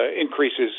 increases